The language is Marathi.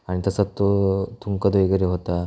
आणि तसा तो थुंकत वगैरे होता